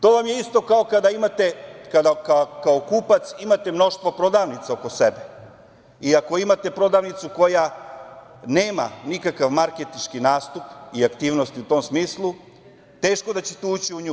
To vam je isto kao kada kao kupac imate mnoštvo prodavnica oko sebe i ako imate prodavnicu koja nema nikakav marketinški nastup i aktivnosti u tom smislu, teško da ćete ući u nju.